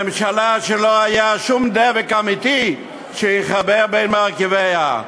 ממשלה שלא היה שום דבק אמיתי שיחבר את מרכיביה,